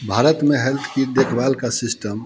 भारत में हेल्थ की देखभाल का सिस्टम